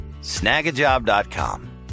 Snagajob.com